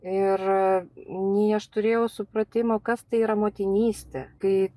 ir nei aš turėjau supratimo kas tai yra motinystė kai